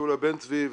שולה בן צבי,